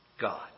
God